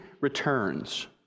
returns